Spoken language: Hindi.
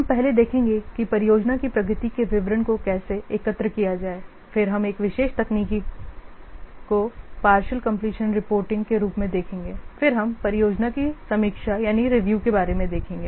हम पहले देखेंगे कि परियोजना की प्रगति के विवरण को कैसे एकत्र किया जाए फिर हम एक विशेष तकनीकी को पार्षइल कंप्लीशन रिपोर्टिंग के रूप में देखेंगे फिर हम परियोजना की समीक्षा के बारे में देखेंगे